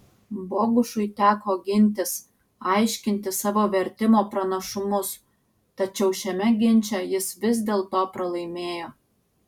bogušui teko gintis aiškinti savo vertimo pranašumus tačiau šiame ginče jis vis dėlto pralaimėjo